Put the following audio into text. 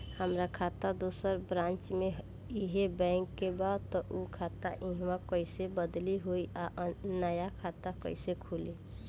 हमार खाता दोसर ब्रांच में इहे बैंक के बा त उ खाता इहवा कइसे बदली होई आ नया खाता कइसे खुली?